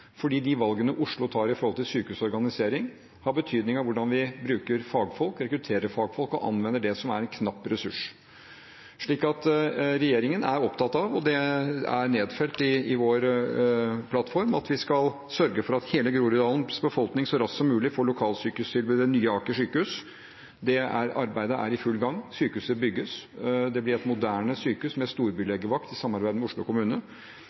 fordi de valgene Oslo tar når det gjelder sykehusorganisering, har betydning for hvordan vi bruker fagfolk, rekrutterer fagfolk og anvender det som er en knapp ressurs. Så regjeringen er opptatt av – det er også nedfelt i vår plattform – at vi skal sørge for at hele Groruddalens befolkning så raskt som mulig får lokalsykehustilbud ved Nye Aker sykehus. Det arbeidet er i full gang, sykehuset bygges. Det blir et moderne sykehus med storbylegevakt, i samarbeid med Oslo kommune.